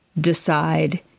decide